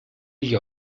gli